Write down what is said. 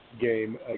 game